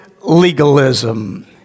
legalism